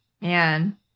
man